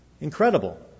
incredible